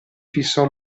fissò